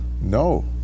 No